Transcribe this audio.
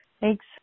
Thanks